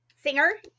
singer